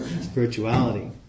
spirituality